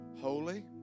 holy